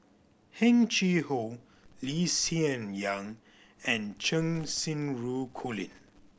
Heng Chee How Lee Hsien Yang and Cheng Xinru Colin